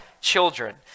children